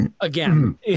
again